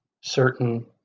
certain